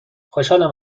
خوشحالم